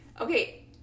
okay